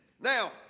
Now